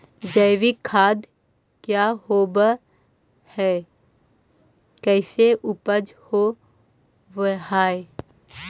जैविक खाद क्या होब हाय कैसे उपज हो ब्हाय?